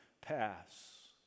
pass